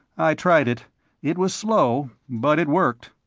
i tried it it was slow, but it worked.